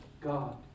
God